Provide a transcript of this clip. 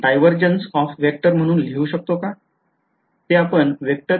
मी याला divergence of vector म्हणून लिहू शकतो का